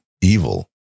evil